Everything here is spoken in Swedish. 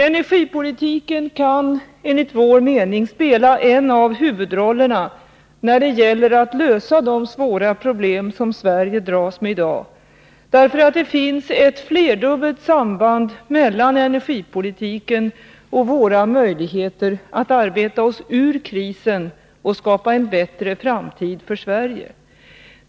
Energipolitiken kan enligt vår mening spela en av huvudrollerna när det gäller att lösa de svåra problem Sverige dras med i dag, därför att det finns ett flerdubbelt samband mellan energipolitiken och våra möjligheter att arbeta oss ur krisen och skapa en bättre framtid för Sverige.